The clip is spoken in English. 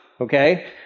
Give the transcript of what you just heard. Okay